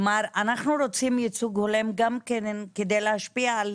אנחנו רוצים ייצוג הולם גם כדי להשפיע על